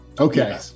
okay